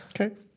Okay